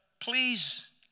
please